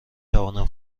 توانم